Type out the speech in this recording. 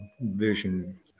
vision